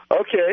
Okay